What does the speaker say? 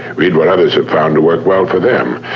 read what others have found to work well for them.